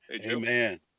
Amen